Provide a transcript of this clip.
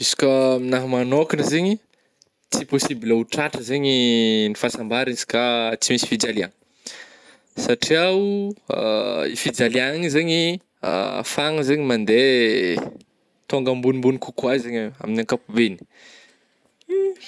Izy ka aminah manôkagna zegny i, tsy possible ho tratra zegny ny fahasambaragna izy ka tsy misy fijaliagna satria oh, fijaliagna igny zegny afahagna zegny mande tônga ambonimbony kokoa zegny amin'ny ankapobeny.